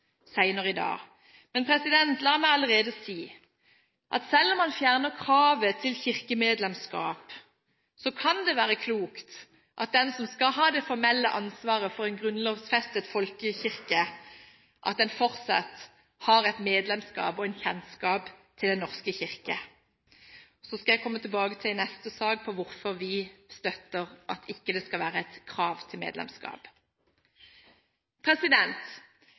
i dag. Men la meg allerede si at selv om man fjerner kravet til kirkemedlemskap, kan det være klokt at den som skal ha det formelle ansvaret for en grunnlovfestet folkekirke, fortsatt har et medlemskap i og kjennskap til Den norske kirke. Så skal jeg senere komme tilbake til hvorfor vi støtter at det ikke skal være et krav til